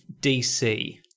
DC